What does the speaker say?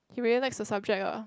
he really likes the subject lah